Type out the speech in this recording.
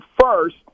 first